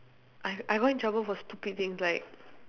I I got in trouble for stupid things like